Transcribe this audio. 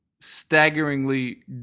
staggeringly